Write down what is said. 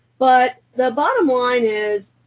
but the bottom line is,